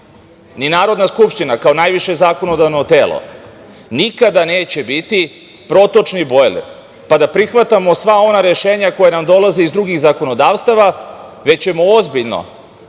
ni Narodna skupština kao najviše zakonodavno telo, nikada neće biti protočni bojler, pa da prihvatamo sva ona rešenja koja nam dolaze iz drugih zakonodavstava, već ćemo ozbiljno